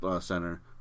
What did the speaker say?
Center